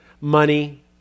money